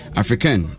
african